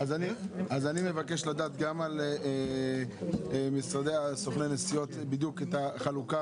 אז אני מבקש לדעת גם על סוכני הנסיעות בדיוק את החלוקה